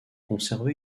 conservé